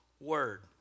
word